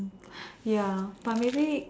ya but maybe